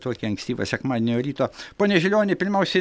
tokį ankstyvą sekmadienio ryto pone žilioni pirmiausiai